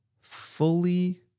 fully